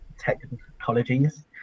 technologies